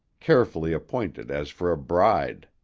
carefully appointed as for a bride.